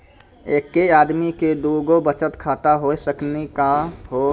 एके आदमी के दू गो बचत खाता हो सकनी का हो?